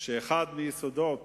שאחד מיסודות